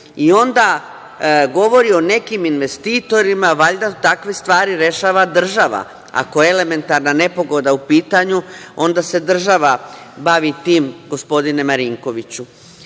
i onda govori o nekim investitorima, valjda takve stvari rešava država, ako je elementarna nepogoda u pitanju onda se država bavi tim, gospodine Marinkoviću.